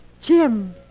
Jim